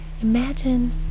imagine